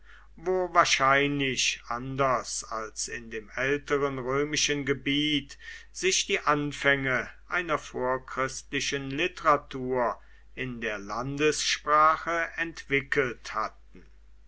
wo wahrscheinlich anders als in dem älteren römischen gebiet sich die anfänge einer vorchristlichen literatur in der landessprache entwickelt hatten